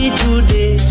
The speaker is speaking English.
today